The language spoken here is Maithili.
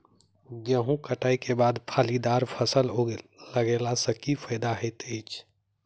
गेंहूँ कटाई केँ बाद फलीदार फसल लगेला सँ की फायदा हएत अछि?